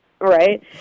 Right